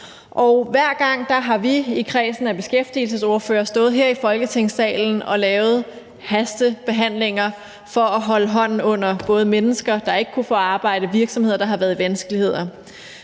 og hver gang har vi i kredsen af beskæftigelsesordførere stået her i Folketingssalen og lavet hastebehandlinger for at holde hånden under både mennesker, der ikke kunne få arbejde, og virksomheder, der har været i vanskeligheder.